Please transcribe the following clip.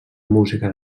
música